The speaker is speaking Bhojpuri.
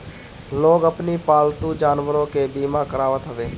लोग अपनी पालतू जानवरों के बीमा करावत हवे